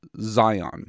Zion